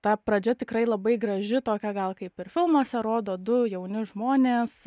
ta pradžia tikrai labai graži tokia gal kaip ir filmuose rodo du jauni žmonės